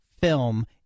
film